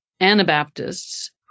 Anabaptists